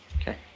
Okay